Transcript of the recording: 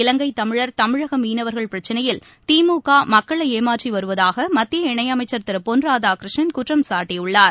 இலங்கைதமிழர் தமிழகமீனவர்கள் பிரச்சினையில் திமுகமக்களைஏமாற்றிவருவதாகமத்திய காவிரி இணையமைச்சர் திருபொன் ராதாகிருஷ்ணன் குற்றம் சாட்டியுள்ளார்